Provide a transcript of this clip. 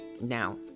Now